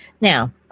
Now